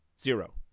Zero